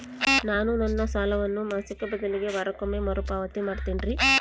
ನಾನು ನನ್ನ ಸಾಲವನ್ನು ಮಾಸಿಕ ಬದಲಿಗೆ ವಾರಕ್ಕೊಮ್ಮೆ ಮರುಪಾವತಿ ಮಾಡ್ತಿನ್ರಿ